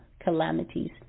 calamities